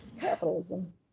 Capitalism